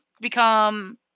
become